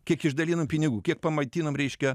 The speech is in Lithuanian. kiek išdalinom pinigų kiek pamaitinom reiškia